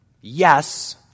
yes